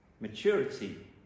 maturity